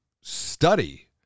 study